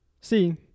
See